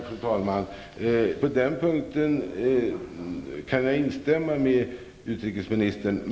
Fru talman! På den punkten kan jag instämma med utrikesministern.